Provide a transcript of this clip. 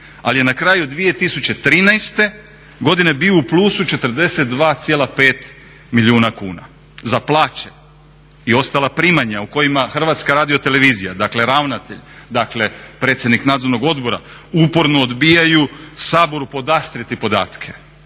ali je na kraju 2013. godine bio u plusu 42,5 milijuna kuna za plaće i ostala primanja o kojima HRT dakle ravnatelj, dakle predsjednik nadzornog odbora uporno odbijaju Saboru podastrijeti podatke